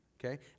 Okay